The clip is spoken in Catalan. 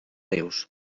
rius